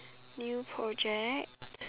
new project